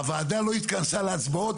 הוועדה לא התכנסה להצבעות.